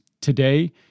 Today